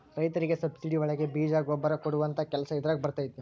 ರೈತರಿಗೆ ಸಬ್ಸಿಡಿ ಒಳಗೆ ಬೇಜ ಗೊಬ್ಬರ ಕೊಡುವಂತಹ ಕೆಲಸ ಇದಾರಗ ಬರತೈತಿ